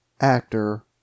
Actor